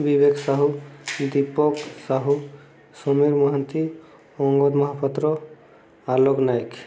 Vivek Sahu Deepak Sahu Sumeer Mohanty Angad Mohapatra Alok Nayak